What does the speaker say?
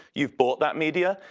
you've bought that media.